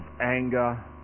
anger